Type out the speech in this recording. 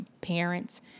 parents